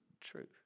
True